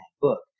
book